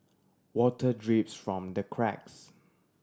water drips from the cracks